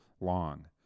long